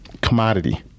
commodity